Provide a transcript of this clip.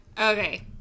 Okay